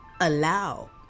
allow